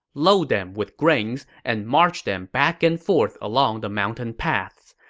load them with grains and march them back and forth along the mountain paths.